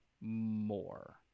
more